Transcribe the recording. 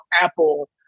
Apple